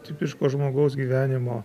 tipiško žmogaus gyvenimo